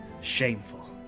Shameful